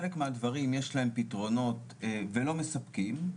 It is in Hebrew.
חלק מהדברים יש להם פתרונות ולא מספקים,